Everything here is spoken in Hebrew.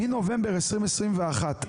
מנובמבר 2021,